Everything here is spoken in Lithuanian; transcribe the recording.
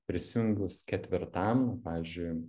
prisijungus ketvirtam pavyzdžiui